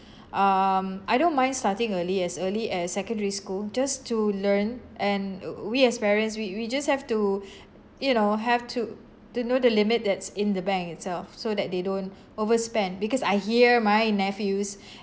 um I don't mind starting early as early as secondary school just to learn and w~ we as parents we we just have to you know have to to know the limit that's in the bank itself so that they don't overspend because I hear my nephews